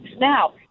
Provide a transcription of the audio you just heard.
now